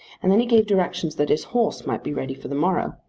and then he gave directions that his horse might be ready for the morrow.